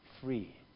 free